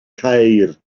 ceir